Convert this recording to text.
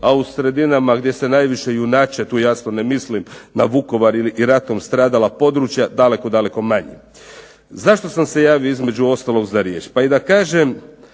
a u sredinama gdje se najviše junače, tu jasno ne mislim na Vukovar i ratom stradala područja daleko, daleko manje. Zašto sam se javio između ostalog za riječ? Pa i da kažem